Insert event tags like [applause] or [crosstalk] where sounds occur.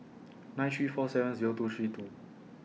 [noise] nine three four seven Zero two three two